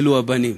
אלו הבנים.